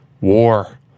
war